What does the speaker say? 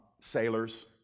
sailors